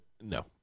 No